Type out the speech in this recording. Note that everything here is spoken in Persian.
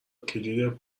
کلید